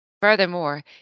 Furthermore